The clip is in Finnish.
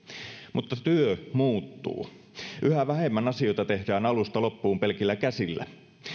mutta työ muuttuu yhä vähemmän asioita tehdään alusta loppuun pelkillä käsillä